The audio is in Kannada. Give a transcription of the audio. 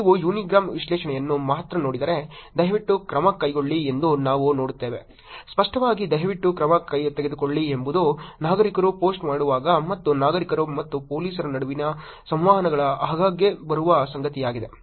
ನೀವು ಯುನಿಗ್ರಾಮ್ ವಿಶ್ಲೇಷಣೆಯನ್ನು ಮಾತ್ರ ನೋಡಿದರೆ ದಯವಿಟ್ಟು ಕ್ರಮ ಕೈಗೊಳ್ಳಿ ಎಂದು ನಾವು ನೋಡುತ್ತೇವೆ ಸ್ಪಷ್ಟವಾಗಿ ದಯವಿಟ್ಟು ಕ್ರಮ ತೆಗೆದುಕೊಳ್ಳಿ ಎಂಬುದು ನಾಗರಿಕರು ಪೋಸ್ಟ್ ಮಾಡುವಾಗ ಮತ್ತು ನಾಗರಿಕರು ಮತ್ತು ಪೊಲೀಸರ ನಡುವಿನ ಸಂವಹನಗಳ ಆಗಾಗ್ಗೆ ಬರುವ ಸಂಗತಿಯಾಗಿದೆ